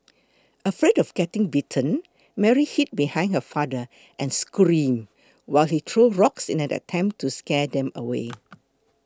afraid of getting bitten Mary hid behind her father and screamed while he threw rocks in an attempt to scare them away